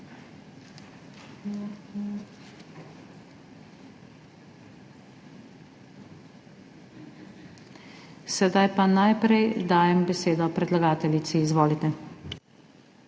Sedaj pa najprej dajem besedo predlagateljici. Izvolite.